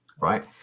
right